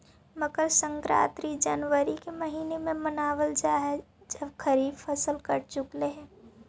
मकर संक्रांति जनवरी के महीने में मनावल जा हई जब खरीफ फसल कट चुकलई हे